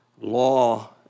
law